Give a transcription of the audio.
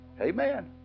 Amen